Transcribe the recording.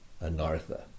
Anartha